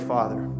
Father